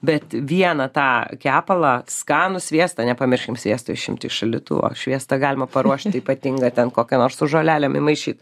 bet vieną tą kepalą skanų sviesto nepamirškim sviesto išimti iš šaldytuvo šviestą galima paruošt ypatingą ten kokį nors žolelėm įmaišyt